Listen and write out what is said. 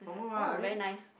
that's like oh very nice